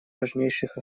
важнейших